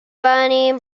bunny